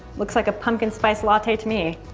looks like a pumpkin spice latte to me.